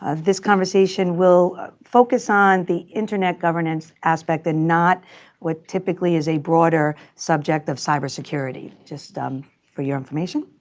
this conversation will focus on the internet governance aspect and not what typically is a broader subject of cyber security. just um for your information.